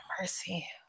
mercy